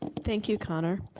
thank you, connor.